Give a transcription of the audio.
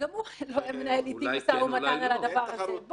שגם הוא מנהל איתי משא-ומתן על הדבר הזה.